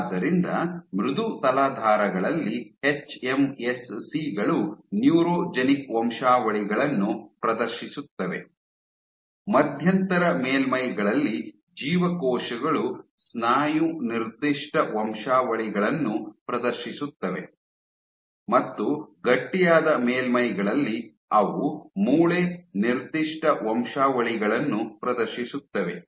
ಆದ್ದರಿಂದ ಮೃದು ತಲಾಧಾರಗಳಲ್ಲಿ ಎಚ್ಎಂಎಸ್ಸಿ ಗಳು ನ್ಯೂರೋಜೆನಿಕ್ ವಂಶಾವಳಿಗಳನ್ನು ಪ್ರದರ್ಶಿಸುತ್ತವೆ ಮಧ್ಯಂತರ ಮೇಲ್ಮೈಗಳಲ್ಲಿ ಜೀವಕೋಶಗಳು ಸ್ನಾಯು ನಿರ್ದಿಷ್ಟ ವಂಶಾವಳಿಗಳನ್ನು ಪ್ರದರ್ಶಿಸುತ್ತವೆ ಮತ್ತು ಗಟ್ಟಿಯಾದ ಮೇಲ್ಮೈಗಳಲ್ಲಿ ಅವು ಮೂಳೆ ನಿರ್ದಿಷ್ಟ ವಂಶಾವಳಿಗಳನ್ನು ಪ್ರದರ್ಶಿಸುತ್ತವೆ